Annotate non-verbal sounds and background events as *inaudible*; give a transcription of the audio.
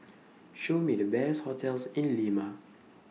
*noise* Show Me The Best hotels *noise* in Lima